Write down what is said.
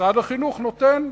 משרד החינוך נותן.